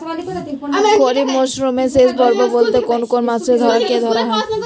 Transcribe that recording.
খরিপ মরসুমের শেষ পর্ব বলতে কোন কোন মাস কে ধরা হয়?